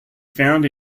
found